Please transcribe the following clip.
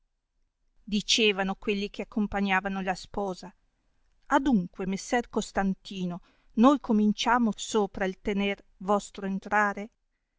dicevano quelli che compagnavano la sposa adunque messer costantino noi cominciamo sopra l tener vostro entrare